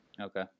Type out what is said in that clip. okay